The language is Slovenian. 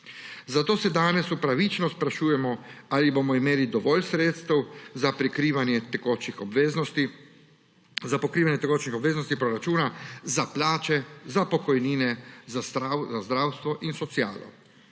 Zato se danes upravičeno sprašujemo, ali bomo imeli dovolj sredstev za pokrivanje tekočih obveznosti proračuna, za plače, za pokojnine, za zdravstvo in socialo.